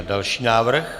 Další návrh.